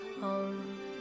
home